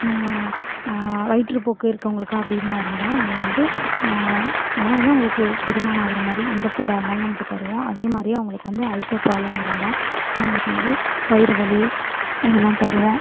வயிற்றுப்போக்கு இருக்கிறவங்களுக்கா அப்படின்னா இருந்தால் நம்ம வந்து அதுதான் வந்து அவங்களுக்கு செரிமானம் ஆகிற மாதிரி எந்த ஃபுட்டாக இருந்தாலும் நமக்கு தருவோம் அதே மாதிரி அவங்களுக்கு வந்து அல்சர் ப்ராப்லம் இருந்தால் அவங்களுக்கு வந்து வயிறு வலி இதெல்லாம் தருவோம்